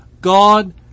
God